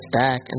back